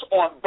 on